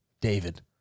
David